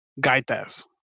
gaitas